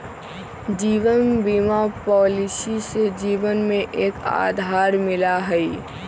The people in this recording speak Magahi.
जीवन बीमा पॉलिसी से जीवन के एक आधार मिला हई